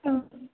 ꯑꯥ